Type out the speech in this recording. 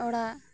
ᱚᱲᱟᱜ